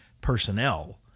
personnel